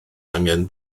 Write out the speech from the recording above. angen